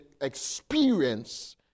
experience